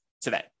today